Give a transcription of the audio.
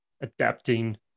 adapting